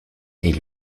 est